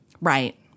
Right